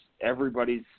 everybody's –